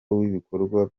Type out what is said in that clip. w’ibikorwa